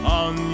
on